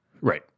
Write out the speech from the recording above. Right